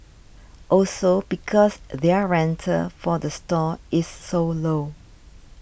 also because their rental for the stall is so low